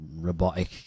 robotic